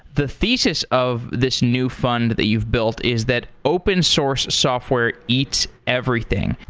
the thesis of this new fund that you've built is that open source software eats everything.